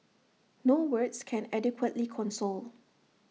no words can adequately console